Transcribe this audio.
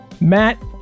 Matt